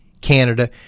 Canada